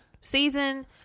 season